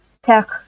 Tech